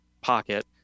pocket